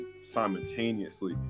simultaneously